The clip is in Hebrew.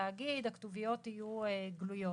שבתאגיד הכתוביות יהיו גלויות.